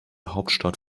hauptstadt